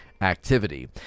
activity